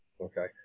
Okay